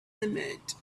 limit